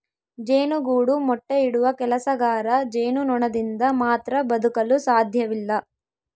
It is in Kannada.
ಜೇನುಗೂಡು ಮೊಟ್ಟೆ ಇಡುವ ಕೆಲಸಗಾರ ಜೇನುನೊಣದಿಂದ ಮಾತ್ರ ಬದುಕಲು ಸಾಧ್ಯವಿಲ್ಲ